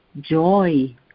joy